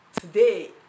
Today